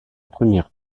première